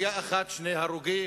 two kills, ירייה אחת, שני הרוגים,